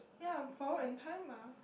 yeah forward in time ah